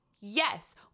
yes